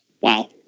Wow